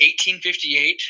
1858